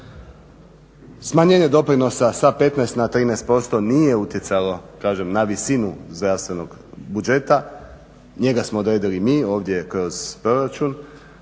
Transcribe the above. Smanjenje doprinosa sa 15 na 13% nije utjecalo, kažem na visinu zdravstvenog budžeta. Njega smo odredili mi ovdje kroz proračun.